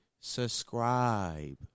Subscribe